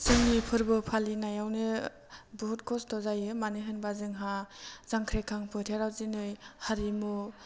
जोंनि फोरबो फालिनायावनो बुहुत खस्त' जायो मानो होनबा जोंहा जांख्रिखां फोथाराव दिनै हारिमु